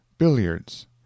billiards